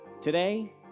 today